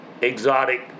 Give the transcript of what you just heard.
exotic